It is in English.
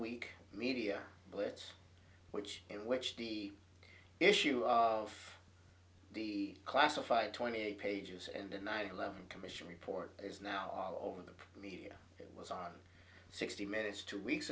week media blitz which in which the issue of the classified twenty eight pages and the nine eleven commission report is now on the media was on sixty minutes two weeks